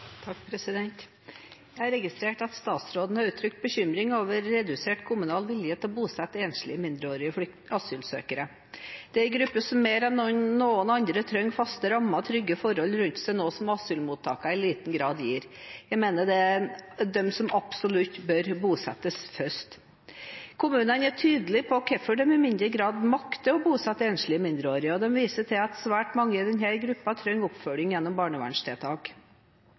statsråden uttrykte bekymring over redusert kommunal vilje til å bosette enslige mindreårige asylsøkere. Det er en gruppe som mer enn noen andre trenger faste rammer og trygge forhold rundt seg, noe som asylmottakene i liten grad gir. Jeg mener det er dem som absolutt bør bosettes først. Kommunene er tydelige på hvorfor de i mindre grad makter å bosette enslige mindreårige, og de viser til at svært mange i denne gruppen trenger oppfølging gjennom barnevernstiltak.